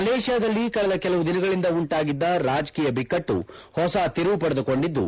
ಮಲೇಷಿಯಾದಲ್ಲಿ ಕಳೆದ ಕೆಲವು ದಿನಗಳಿಂದ ಉಂಟಾಗಿದ್ದ ರಾಜಕೀಯ ಬಿಕ್ಕಟ್ಟು ಹೊಸ ತಿರುವು ಪಡೆದುಕೊಂಡಿದ್ದು